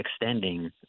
extending